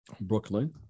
Brooklyn